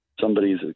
somebody's